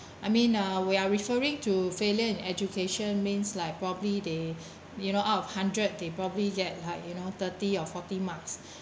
I mean uh we are referring to failure in education means like probably they you know out of hundred they probably get like you know thirty or forty marks